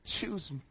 choose